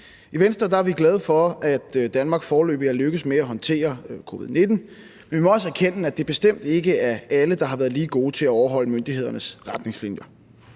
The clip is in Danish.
I Venstre er vi glade for, at Danmark foreløbig er lykkedes med at håndtere covid-19. Men vi må også erkende, at det bestemt ikke er alle, der har været lige gode til at overholde myndighedernes retningslinjer.